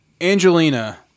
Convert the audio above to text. Angelina